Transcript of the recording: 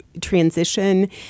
transition